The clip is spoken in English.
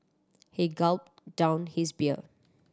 he gulped down his beer